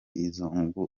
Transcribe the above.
inzu